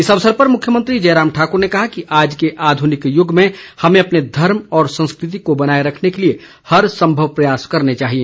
इस अवसर पर मुख्यमंत्री जयराम ठाकुर ने कहा कि आज के आधुनिक युग में हमें अपने धर्म और संस्कृति को बनाए रखने के लिए हर सम्भव प्रयास करने चाहिए